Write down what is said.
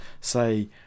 say